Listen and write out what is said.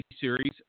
series